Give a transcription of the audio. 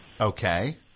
Okay